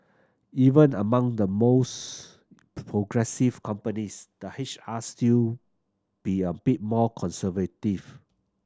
even among the mores progressive companies the H R still be a bit more conservative